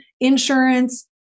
insurance